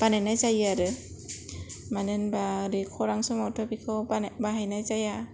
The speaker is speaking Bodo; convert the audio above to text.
बानायनाय जायो आरो मानो होनबा दै खरान समावथ' बेखौ बानाय बाहायनाय जाया